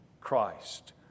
Christ